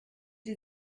sie